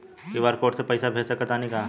QR code से पईसा भेज सक तानी का?